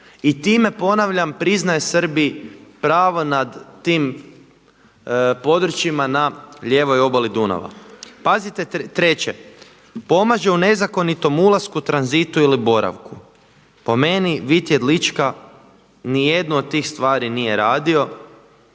I time ponavljam priznaje Srbiji pravo nad tim područjima na lijevoj obali Dunava. Pazite treće, pomaže u nezakonitom ulasku, tranzitu ili boravku. Po meni Vit Jedlička ni jednu od tih stvari nije radio.